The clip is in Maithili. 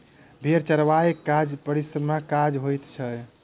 भेंड़ चरयबाक काज परिश्रमक काज होइत छै